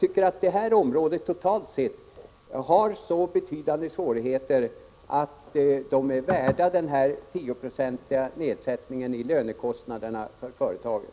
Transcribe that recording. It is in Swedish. Detta område har totalt sett så betydande svårigheter att det är värt den 10-procentiga nedsättningen av lönekostnaden för företagen.